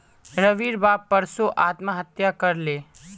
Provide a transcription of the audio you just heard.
रविर बाप परसो आत्महत्या कर ले